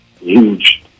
huge